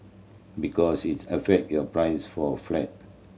because it affect your price for a flat